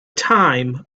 time